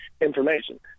information